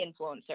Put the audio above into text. influencer